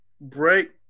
break